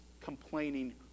complaining